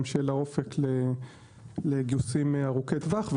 גם שיהיה לה אופק לגיוסים ארוכי טווח,